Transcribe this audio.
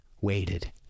waited